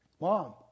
Mom